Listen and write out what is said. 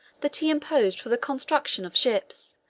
that he imposed for the construction of ships,